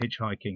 hitchhiking